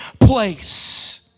place